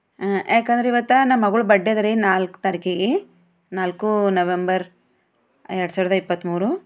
ಯಾಕಂದ್ರೆ ಇವತ್ತು ನಮ್ಮ ಮಗಳ ಬಡ್ಡೆ ಅದ ರಿ ನಾಲ್ಕು ತಾರೀಕಿಗೆ ನಾಲ್ಕು ನವೆಂಬರ್ ಎರಡು ಸಾವಿರದ ಇಪ್ಪತ್ತ್ಮೂರು